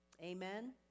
Amen